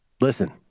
Listen